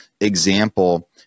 example